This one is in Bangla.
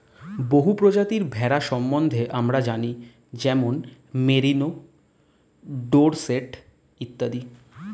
বহু প্রজাতির ভেড়া সম্বন্ধে আমরা জানি যেমন মেরিনো, ডোরসেট ইত্যাদি